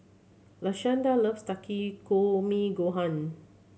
Lashanda loves Takikomi Gohan